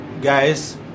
Guys